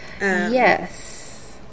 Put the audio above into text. Yes